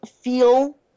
feel